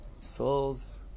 souls